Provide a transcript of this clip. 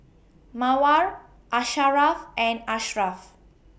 Mawar Asharaff and Ashraff